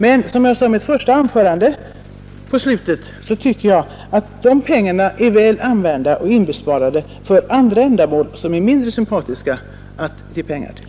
Men som jag sade i slutet av mitt första anförande tycker jag att de pengarna är väl använda och kan sparas in när det gäller andra ändamål, som det är mindre sympatiskt att ge pengar till.